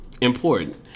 important